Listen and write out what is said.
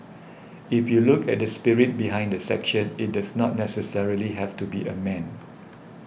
if you look at the spirit behind the section it does not necessarily have to be a man